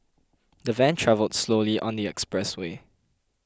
the van travelled slowly on the expressway